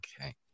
okay